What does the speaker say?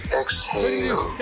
exhale